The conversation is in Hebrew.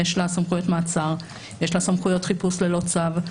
יש לה סמכויות מעצר, יש לה סמכויות חיפוש ללא צו.